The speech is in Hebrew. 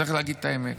צריך להגיד את האמת: